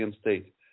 state